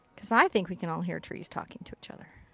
cause i think we can all hear trees talking to each other.